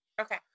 Okay